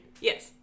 Yes